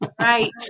Right